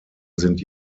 sind